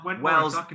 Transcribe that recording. Wells